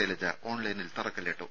ശൈലജ ഓൺലൈനിൽ തറക്കല്ലിട്ടു